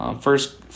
First